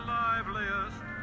liveliest